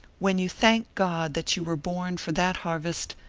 when you thank god that you were born for that harvest,